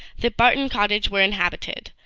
that barton cottage were inhabited!